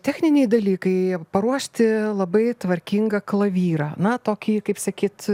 techniniai dalykai paruošti labai tvarkingą klavyrą na tokį kaip sakyt